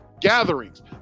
gatherings